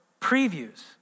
previews